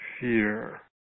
fear